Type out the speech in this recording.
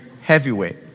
heavyweight